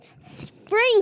spring